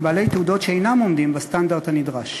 בעלי תעודות שאינם עומדים בסטנדרט הנדרש.